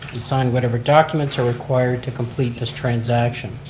to sign whatever documents are required to complete this transaction.